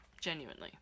Genuinely